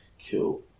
Kill